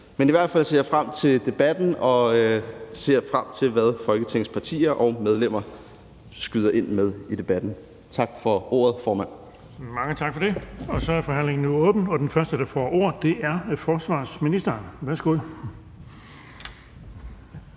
Men i hvert fald ser jeg frem til debatten og ser frem til, hvad Folketingets partier og medlemmer skyder ind med i debatten. Tak for ordet, formand. Kl. 10:02 Den fg. formand (Erling Bonnesen): Mange tak for det. Så er forhandlingen åbnet. Den første, der får ordet, er forsvarsministeren. Værsgo.